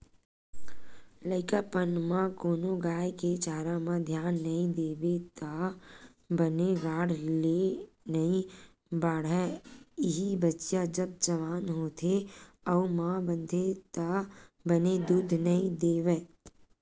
लइकापन म कोनो गाय के चारा म धियान नइ देबे त बने ढंग ले नइ बाड़हय, इहीं बछिया जब जवान होथे अउ माँ बनथे त बने दूद नइ देवय